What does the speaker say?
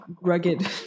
rugged